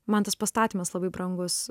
man tas pastatymas labai brangus